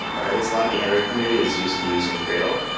or at least a lot of the android community is used to using gradle.